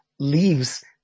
leaves